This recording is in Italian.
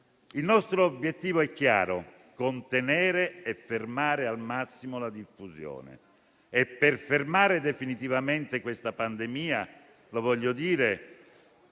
Il nostro obiettivo è chiaro: contenerne e fermarne al massimo la diffusione. Per fermare definitivamente questa pandemia, come ho sentito dire